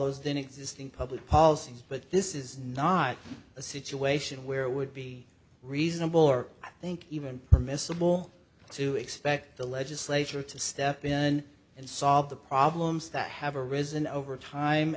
those then existing public policy but this is not a situation where it would be reasonable or i think even permissible to expect the legislature to step in and solve the problems that have arisen over time